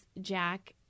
Jack